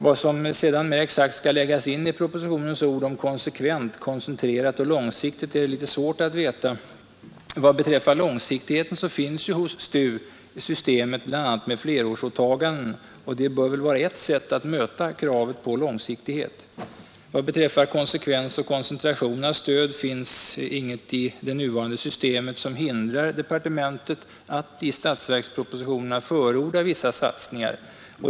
Vad som sedan mera exakt skall läggas i propositionens ord om ”konsekvent, koncentrerat och långsiktigt” är det litet svårt att veta. Vad beträffar långsiktigheten finns ju hos STU bl.a. systemet med flerårsåtaganden, och det bör väl vara ett sätt att möta kravet på långsiktighet. Vad beträffar konsekvens och koncentration av stöd finns inget i det nuvarande systemet som hindrar departementet att i statsverkspropositionerna förorda vissa satsningar.